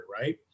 Right